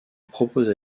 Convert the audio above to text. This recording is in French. proposa